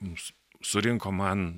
mūsų surinko man